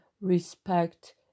respect